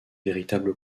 véritable